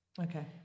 Okay